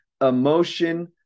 Emotion